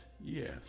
yes